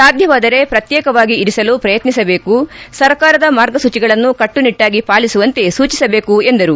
ಸಾಧ್ಯವಾದರೆ ಪ್ರತ್ಯೇಕವಾಗಿ ಇರಿಸಲು ಪ್ರಯತ್ನಿಸಬೇಕು ಸರ್ಕಾರದ ಮಾರ್ಗಸೂಚಿಗಳನ್ನು ಕಟ್ಟುನಿಟ್ಟಾಗಿ ಪಾಲಿಸುವಂತೆ ಸೂಚಿಸಬೇಕು ಎಂದರು